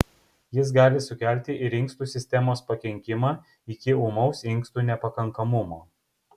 jis gali sukelti ir inkstų sistemos pakenkimą iki ūmaus inkstų nepakankamumo